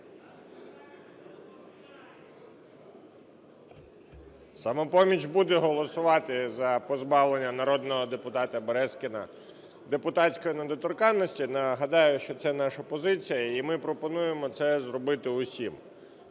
"Самопоміч" буде голосувати за позбавлення народного депутата Березкіна депутатської недоторканності. Нагадаю, що це наша позиція, і ми пропонуємо це зробити усім.